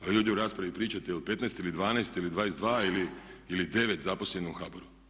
A vi ovdje u raspravi pričate o 15 ili 12 ili 22 ili 9 zaposlenih u HBOR-u.